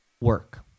work